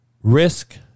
Risk